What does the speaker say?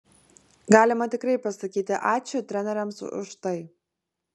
galima tikrai pasakyti ačiū treneriams už tai